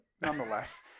nonetheless